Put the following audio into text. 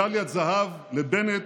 מדליית זהב לבנט,